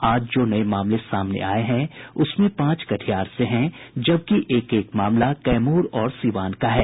आज जो नये मामले सामने आये हैं उसमें पांच कटिहार से हैं जबकि एक एक मामला कैमूर और सिवान का है